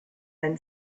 then